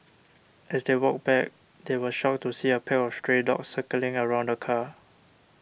as they walked back they were shocked to see a pack of stray dogs circling around the car